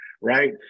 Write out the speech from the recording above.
right